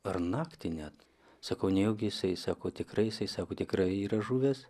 ar naktį net sakau nejaugi jisai sako tikrai jisai sako tikrai yra žuvęs